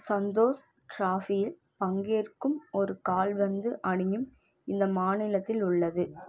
சந்தோஷ் ட்ராஃபியில் பங்கேற்கும் ஒரு கால்பந்து அணியும் இந்த மாநிலத்தில் உள்ளது